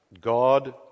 God